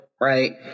right